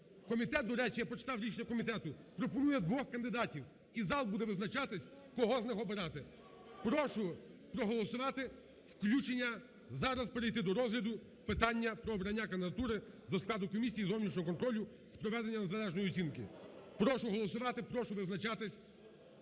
Комітет, до речі, я почитав рішення комітету, пропонує двох кандидатів, і зал буде визначатися, кого з них обирати. Прошу проголосувати включення, зараз перейти до розгляду питання про обрання кандидатури до складу Комісії зовнішнього контролю з проведення незалежної оцінки. Прошу голосувати, прошу визначатись.